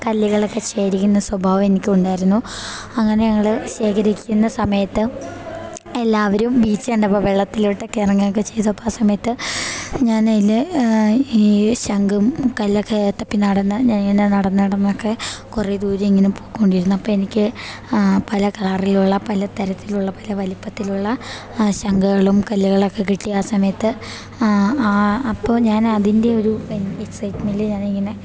കല്ലുകളൊക്കെ ശേഖരിക്കുന്ന സ്വഭാവം എനിക്കുണ്ടായിരുന്നു അങ്ങനെ ഞങ്ങൾ ശേഖരിക്കുന്ന സമയത്ത് എല്ലാവരും ബീച്ച് കണ്ടപ്പം വെള്ളത്തിലോട്ടൊക്കെ ഇറങ്ങുകയൊക്കെ ചെയ്തപ്പം ആ സമയത്ത് ഞാൻ അതിൽ ഈ ശംഖും കല്ലൊക്കെ തപ്പി നടന്ന് ഞാൻ ഇങ്ങനെ നടന്ന് നടന്നൊക്കെ കുറേ ദൂരം ഇങ്ങനെ പോയിക്കൊണ്ടിരുന്നപ്പം എനിക്ക് പല കളറിലുള്ള പല തരത്തിലുള്ള പല വലിപ്പത്തിലുള്ള ശംഖുകളും കല്ലുകളൊക്കെ കിട്ടിയ ആ സമയത്ത് അപ്പോൾ ഞാൻ അതിൻ്റെ ഒരു എക്സൈറ്റ്മെൻ്റിൽ ഞാനിങ്ങനെ